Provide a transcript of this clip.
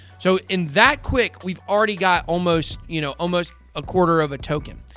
so, in that quick, we've already got almost, you know, almost a quarter of a token.